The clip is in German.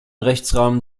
rechtsrahmen